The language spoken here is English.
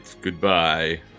Goodbye